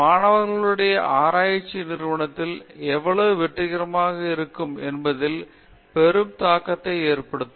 மாணவர்களுடைய ஆராய்ச்சி நிறுவனத்தில் எவ்வளவு வெற்றிகரமாக இருக்கும் என்பதில் பெரும் தாக்கத்தை ஏற்படுத்தும்